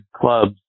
clubs